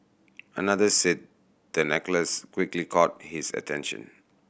another said the necklace quickly caught his attention